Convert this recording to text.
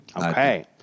Okay